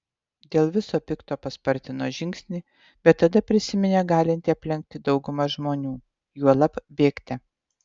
dėl viso pikto paspartino žingsnį bet tada prisiminė galinti aplenkti daugumą žmonių juolab bėgte